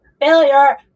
failure